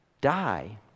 die